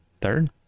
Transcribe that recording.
third